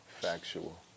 factual